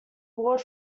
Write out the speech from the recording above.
award